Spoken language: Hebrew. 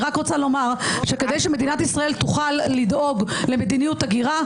אני רק רוצה לומר שכדי שמדינת ישראל תוכל לדאוג למדיניות הגירה,